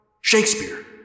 Shakespeare